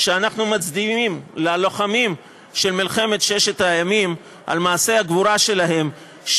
שאנחנו מצדיעים ללוחמים של מלחמת ששת הימים על מעשה הגבורה שלהם,